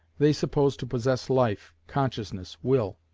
they suppose to possess life, consciousness, will.